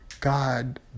God